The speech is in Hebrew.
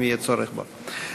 אם יהיה צורך בו.